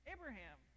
Abraham